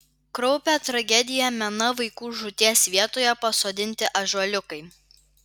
kraupią tragediją mena vaikų žūties vietoje pasodinti ąžuoliukai